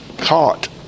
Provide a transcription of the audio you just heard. caught